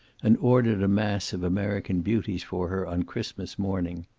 and ordered a mass of american beauties for her on christmas morning.